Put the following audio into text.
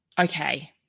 okay